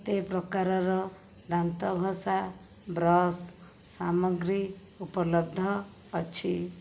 କେତେ ପ୍ରକାରର ଦାନ୍ତଘସା ବ୍ରଶ୍ ସାମଗ୍ରୀ ଉପଲବ୍ଧ ଅଛି